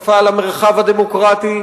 התקפה על המרחב הדמוקרטי,